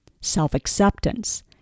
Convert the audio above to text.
self-acceptance